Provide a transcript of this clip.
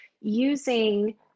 using